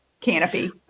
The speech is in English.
canopy